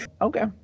Okay